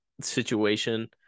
situation